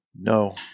No